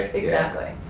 exactly.